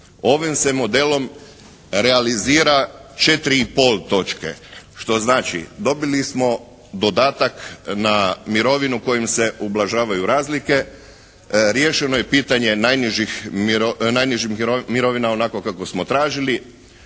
Ovim se modelom realizira 4 i pol točke što znači dobili smo dodatak na mirovinu kojim se ublažavaju razlike, riješeno je pitanje najnižih mirovina onako kako smo tražili.